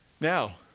Now